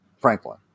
Franklin